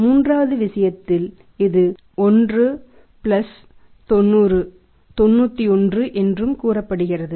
மூன்றாவது விஷயத்தில் இது 1 பிளஸ் 90 91 என்றும் கூறப்படுகிறது